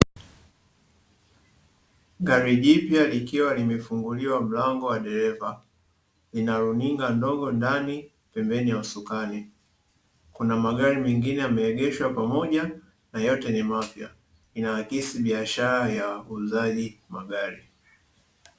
Gari jipya likiwa limefunguliwa mlango wa dereva, lina runinga ndogo ndani pembeni ya usukani. Kuna magari mengine yameegeshwa pamoja na yote ni mapya, inaakisi biashara ya uuzaji magari.